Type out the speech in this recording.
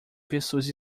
pessoas